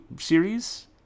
series